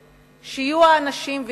שיהיו האנשים ותהיה הקרקע.